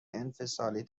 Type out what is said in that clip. انفصالی